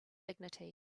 dignity